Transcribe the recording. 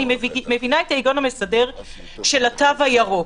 אני מבינה את ההיגיון המסדר של התו הירוק,